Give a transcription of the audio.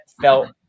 felt